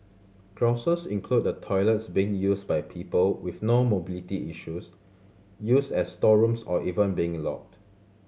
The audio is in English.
grouses include the toilets being used by people with no mobility issues used as storerooms or even being locked